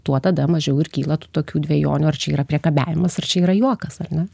tuo tada mažiau ir kyla tų tokių dvejonių ar čia yra priekabiavimas ar čia yra juokas ar ne